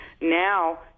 Now